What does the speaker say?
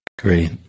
Great